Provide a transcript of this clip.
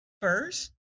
first